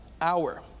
hour